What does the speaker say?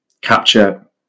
capture